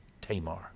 Tamar